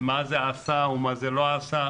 במה זה עשה ומה זה לא עשה.